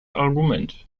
argument